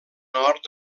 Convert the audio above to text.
nord